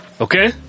okay